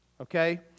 Okay